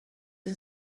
این